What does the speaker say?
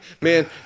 Man